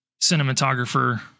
cinematographer